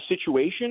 situation